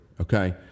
okay